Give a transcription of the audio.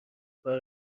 کار